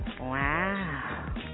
Wow